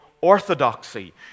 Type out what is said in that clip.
orthodoxy